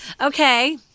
Okay